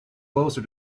closer